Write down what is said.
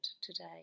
today